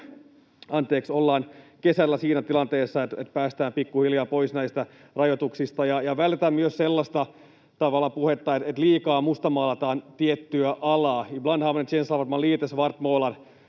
että ollaan kesällä siinä tilanteessa, että päästään pikkuhiljaa pois näistä rajoituksista. Ja vältetään tavallaan myös sellaista puhetta, että liikaa mustamaalataan tiettyä alaa.